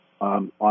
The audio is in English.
on